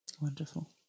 Wonderful